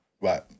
Right